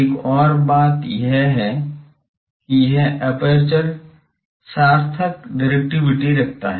एक और बात यह है कि यह एपर्चर सार्थक डिरेक्टिविटी रखता है